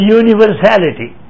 universality